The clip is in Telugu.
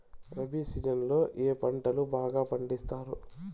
రబి సీజన్ లో ఏ పంటలు బాగా పండిస్తారు